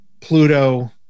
Pluto